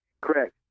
Correct